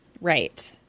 Right